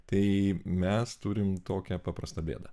tai mes turim tokią paprastą bėdą